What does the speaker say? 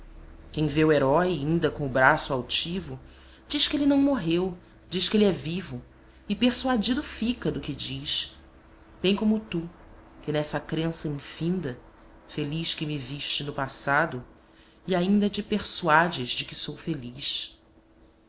quem vê o herói inda com o braço altivo diz que ele não morreu diz que ele é vivo e persuadido fica do que diz bem como tu que nessa crença infinda feliz me viste no passado e a inda te persuades de que sou feliz